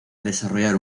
desarrollar